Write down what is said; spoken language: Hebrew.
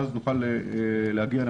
הרבה אנשים --- אך לא יכולים להגיע אל